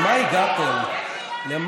(חברת הכנסת גלית דיסטל אטבריאן יוצאת מאולם המליאה.) למה הגעתם?